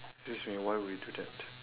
excuse me why would you do that